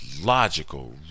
logical